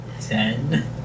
Ten